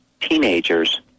teenagers